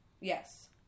Yes